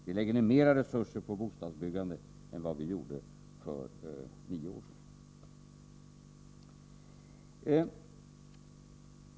Vi lägger ned mera resurser på bostadsbyggande än vad vi gjorde för nio år sedan.